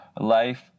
life